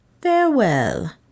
Farewell